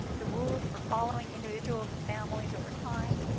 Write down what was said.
the rules for following individuals and families over time,